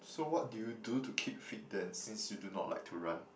so what do you do to keep fit then since you do not like to run